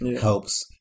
helps